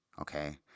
Okay